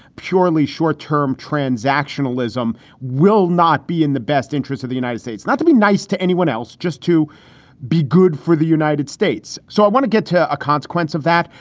purely short term transactional ism will not be in the best interest of the united states, not to be nice to anyone else, just to be good for the united states. so i want to get to a consequence of that.